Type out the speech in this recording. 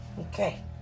Okay